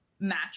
match